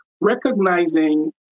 recognizing